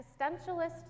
existentialist